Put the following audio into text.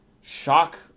shock